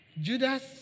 Judas